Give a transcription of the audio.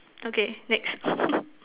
okay next